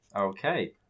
Okay